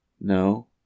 No